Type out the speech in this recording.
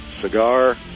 cigar